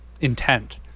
intent